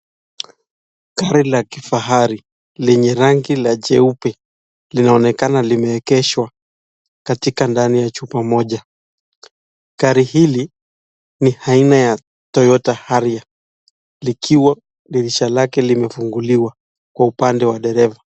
Gari la kifahari lenye rangi la jeupe, linaonekana limeegeshwa katika ndani ya chumba moja, gari hili ni aina ya Toyota Harrier likiwa dirisha lake limefunguliwa kwa upande wa dereva.